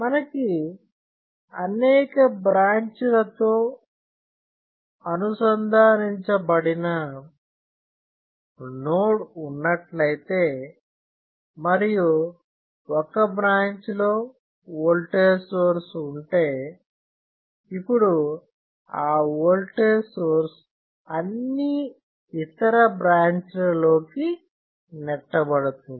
మనకి అనేక బ్రాంచ్ లతో అనుసంధానించబడిన నోడ్ ఉన్నట్లయితే మరియు ఒక బ్రాంచ్ లో ఓల్టేజ్ సోర్స్ ఉంటే ఇప్పుడు ఆ ఓల్టేజ్ సోర్స్ అన్ని ఇతర బ్రాంచ్ లలోకి నెట్టబడుతుంది